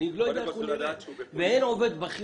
הוא מפחד ממני?